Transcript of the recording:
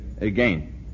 again